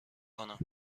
کنم